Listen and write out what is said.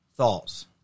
thoughts